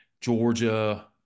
Georgia